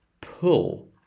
pull